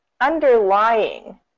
Underlying